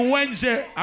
Wednesday